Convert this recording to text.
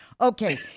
Okay